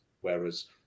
Whereas